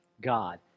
God